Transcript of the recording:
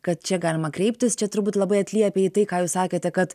kad čia galima kreiptis čia turbūt labai atliepia į tai ką jūs sakėte kad